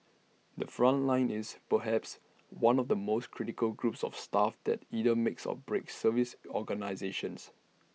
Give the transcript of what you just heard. the front line is perhaps one of the most critical groups of staff that either makes or breaks service organisations